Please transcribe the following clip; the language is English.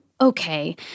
okay